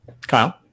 Kyle